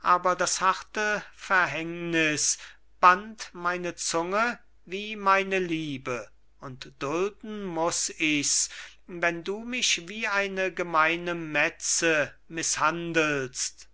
könnte aber das harte verhängniß band meine zunge wie meine liebe und dulden muß ich's wenn du mich wie eine gemeine metze mißhandelst